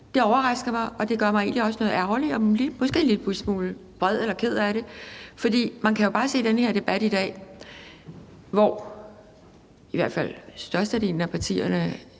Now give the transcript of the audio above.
Det overrasker mig, og det gør mig egentlig også noget ærgerlig og måske en lillebitte smule vred eller ked af det. For man kan jo bare i den her debat i dag se, at i hvert fald størstedelen af partierne